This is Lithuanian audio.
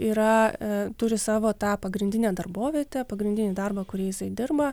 yra turi savo tą pagrindinę darbovietę pagrindinį darbą kurį jisai dirba